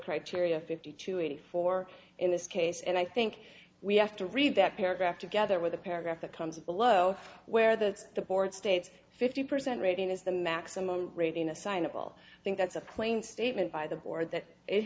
criteria fifty two eighty four in this case and i think we have to read that paragraph together with the paragraph that comes below where the the board states fifty percent rating is the maximum rating assignable think that's a plain statement by the board that it